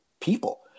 people